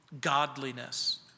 godliness